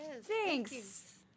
Thanks